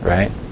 Right